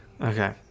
Okay